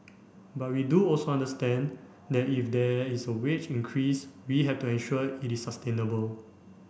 but we do also understand that if there is wage increase we have to ensure it is sustainable